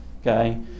okay